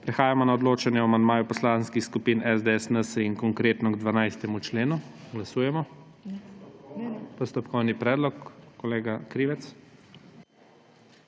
Prehajamo na odločanje o amandmaju poslanskih skupin SDS, NSi in Konkretno k 12. členu. Postopkovni predlog, kolega Krivec.